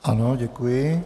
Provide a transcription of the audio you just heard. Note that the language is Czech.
Ano, děkuji.